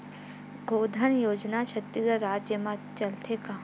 गौधन योजना छत्तीसगढ़ राज्य मा चलथे का?